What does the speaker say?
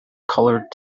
colored